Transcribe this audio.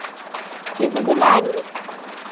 किस दिन आएंगे